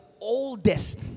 oldest